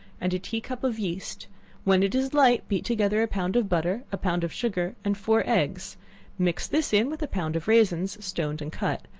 and a tea-cup of yeast when it is light, beat together a pound of butter, a pound of sugar, and four eggs mix this in with a pound of raisins, stoned and cut,